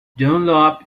dunlop